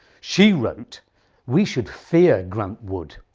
she wrote we should fear grant wood.